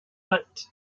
but